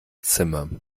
zimmer